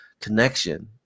connection